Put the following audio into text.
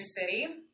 city